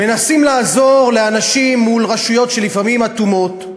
מנסים לעזור לאנשים מול רשויות שלפעמים הן אטומות,